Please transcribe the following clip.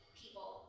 people